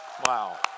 Wow